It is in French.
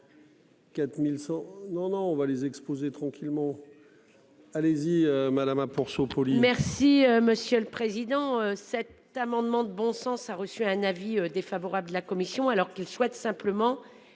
4100. Non non on va les exposer tranquillement. Allez-y Madame hein pour. Merci monsieur le président. Cet amendement de bon sens a reçu un avis défavorable de la commission alors qu'il souhaite simplement